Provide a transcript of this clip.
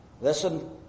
listen